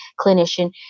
clinician